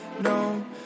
No